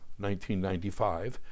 1995